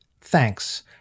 Thanks